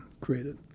created